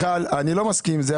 מיכל, אני לא מסכים עם זה.